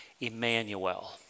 Emmanuel